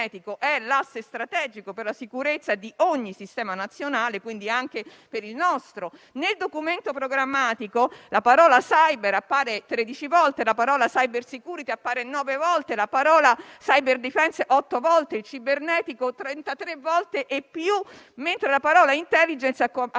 è l'asse strategico per la sicurezza di ogni sistema nazionale e, quindi, anche per il nostro. Nel Documento programmatico la parola «*cyber*» appare 13 volte; la parola «*cybersecurity*» 9 volte; le parole «*cyber defence*» 8 volte; la parola «cibernetico» 33 volte e più, mentre la parola «*intelligence*» compare